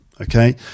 Okay